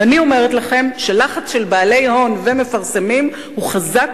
ואני אומרת לכם שלחץ של בעלי הון ומפרסמים הוא חזק